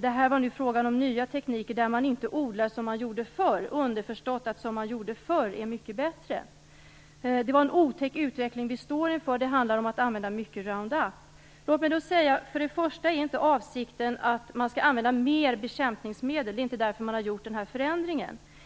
var fråga om nya tekniker, där man inte odlar som man gjorde förr - underförstått att det är mycket bättre att odla som man gjorde förr - att det är en otäck utveckling som vi står inför och att det handlar om att använda mycket Roundup. Låt mig då säga att avsikten inte är att använda mer bekämpningsmedel. Det är inte därför den här förändringen har gjorts.